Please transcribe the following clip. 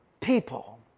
people